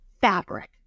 fabric